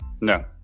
No